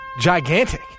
gigantic